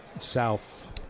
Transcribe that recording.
south